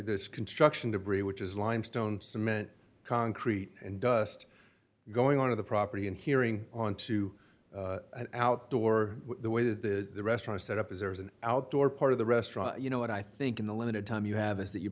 this construction debris which is limestone cement concrete and dust going on to the property and hearing on to an outdoor way that the restaurant set up is there's an outdoor part of the restaurant you know what i think in the limited time you have is that you